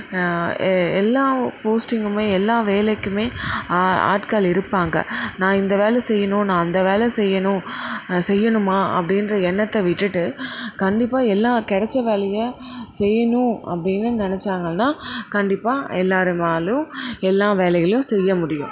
எ எல்லா போஸ்டிங்குமே எல்லா வேலைக்குமே ஆட்கள் இருப்பாங்க நான் இந்த வேலை செய்யணும் நான் அந்த வேலை செய்யணும் செய்யணுமா அப்படின்ற எண்ணத்தை விட்டுட்டு கண்டிப்பாக எல்லா கிடைச்ச வேலையை செய்யணும் அப்படின்னு நினச்சாங்கன்னா கண்டிப்பாக எல்லார்னாலும் எல்லா வேலைகளும் செய்ய முடியும்